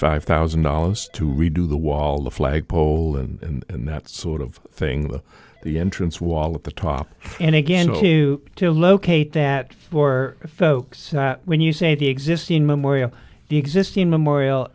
five thousand dollars to redo the wall a flagpole and that sort of thing the entrance wall at the top and again to locate that for folks when you say the existing memorial the existing memorial